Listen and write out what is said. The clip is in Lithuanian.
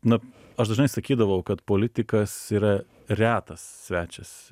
na aš dažnai sakydavau kad politikas yra retas svečias